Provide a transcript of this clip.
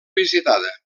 visitada